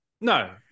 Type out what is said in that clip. no